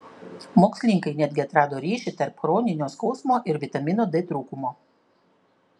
mokslininkai netgi atrado ryšį tarp chroninio skausmo ir vitamino d trūkumo